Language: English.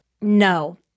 No